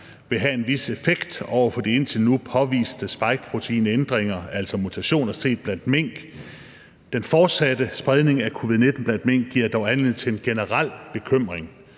vil have en vis effekt over for de indtil nu påviste spikeproteinændringer, altså mutationer set blandt mink. Den fortsatte spredning af covid-19 blandt mink giver dog anledning til en generel bekymring